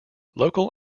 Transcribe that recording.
local